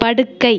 படுக்கை